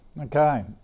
Okay